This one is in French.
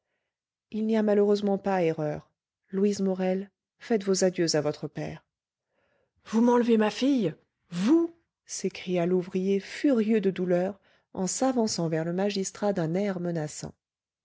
il n'y a malheureusement pas erreur louise morel faites vos adieux à votre père vous m'enlevez ma fille vous s'écria l'ouvrier furieux de douleur en s'avançant vers le magistrat d'un air menaçant